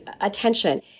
attention